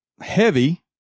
heavy